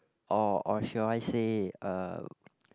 or or should I say uh